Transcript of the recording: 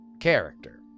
character